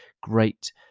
great